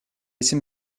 için